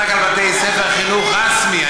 בתי-ספר בחינוך הרשמי.